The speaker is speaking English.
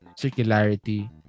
circularity